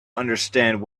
understand